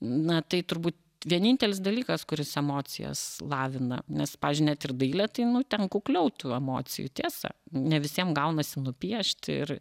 na tai turbūt vienintelis dalykas kuris emocijas lavina nes pavyzdžiui net ir dailė tai nu ten kukliau tų emocijų tiesa ne visiem gaunasi nupiešti ir